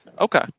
Okay